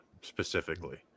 specifically